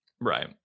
Right